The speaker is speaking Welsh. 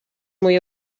mwy